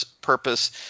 purpose